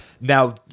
Now